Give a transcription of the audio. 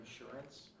insurance